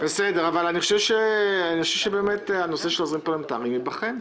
צריך שהנושא של העוזרים הפרלמנטריים ייבחן.